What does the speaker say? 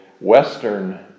western